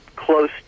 close